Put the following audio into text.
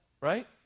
Right